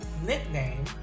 nickname